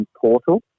portal